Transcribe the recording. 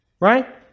right